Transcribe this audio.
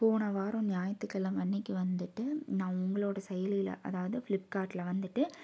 போன வாரம் ஞாயிற்று கெழமை அன்னைக்கு வந்துட்டு நான் உங்களோட செயலியில் அதாவது ஃபிளிப்கார்ட்டில் வந்துட்டு